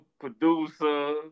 producer